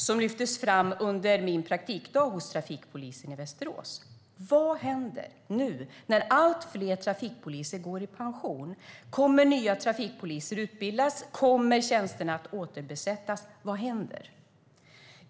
Det lyftes fram under min praktikdag hos trafikpolisen i Västerås. Vad händer nu, när allt fler trafikpoliser går i pension? Kommer nya trafikpoliser att utbildas? Kommer tjänsterna att återbesättas? Vad händer?